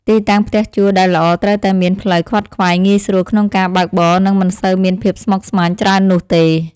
ទីតាំងផ្ទះជួលដែលល្អត្រូវតែមានផ្លូវខ្វាត់ខ្វែងងាយស្រួលក្នុងការបើកបរនិងមិនសូវមានភាពស្មុគស្មាញច្រើននោះទេ។